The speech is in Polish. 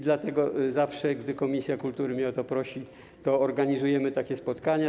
Dlatego zawsze gdy komisja kultury mnie o to prosi, organizujemy takie spotkanie.